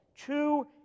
two